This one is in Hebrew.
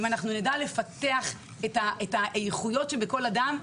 אם נדע לפתח את האיכויות בכל אדם,